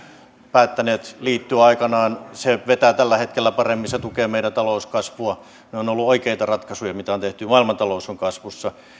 päättäneet liittyä aikanaan vetää tällä hetkellä paremmin se tukee meidän talouskasvua ne ovat olleet oikeita ratkaisuja mitä on tehty maailmantalous on kasvussa